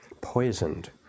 poisoned